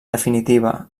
definitiva